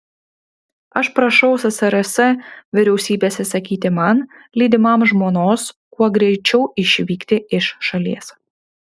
aš prašau ssrs vyriausybės įsakyti man lydimam žmonos kuo greičiau išvykti iš šalies